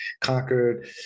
conquered